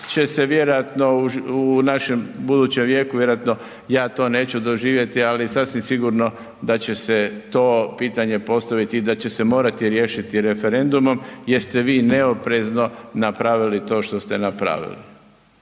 u našem budućem vijeku, vjerojatno ja to neću doživjeti, ali sasvim sigurno da će se to pitanje postaviti i da će se morati riješiti referendumom jer ste vi neoprezno napravili to što ste napravili